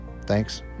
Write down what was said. Thanks